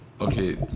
Okay